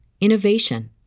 innovation